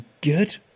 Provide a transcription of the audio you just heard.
good